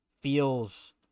feels